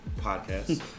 podcast